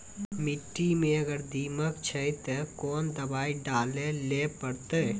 मिट्टी मे अगर दीमक छै ते कोंन दवाई डाले ले परतय?